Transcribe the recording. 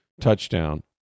touchdown